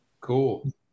cool